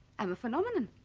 i'm a phenomenon.